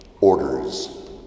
orders